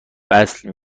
وصل